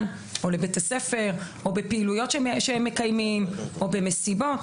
או לבית הספר או בפעילויות שהם מקיימים או במסיבות,